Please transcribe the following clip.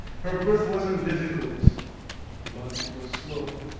her birth wasn't difficult but it was slow.